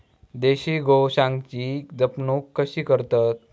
देशी गोवंशाची जपणूक कशी करतत?